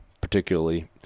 particularly